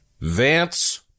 vance